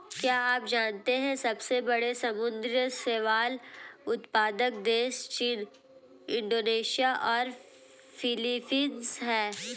क्या आप जानते है सबसे बड़े समुद्री शैवाल उत्पादक देश चीन, इंडोनेशिया और फिलीपींस हैं?